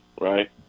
right